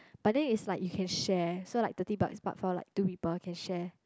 but then it's like you can share so like thirty bucks is buffer like two people you can share